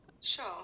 Sure